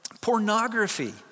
pornography